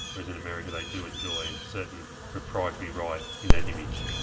whereas in america they do enjoy certain proprietary right in that image.